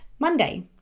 Monday